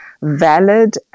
valid